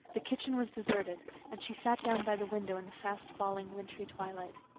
the kitchen was deserted and she sat down by the window in the fast falling wintry twilight.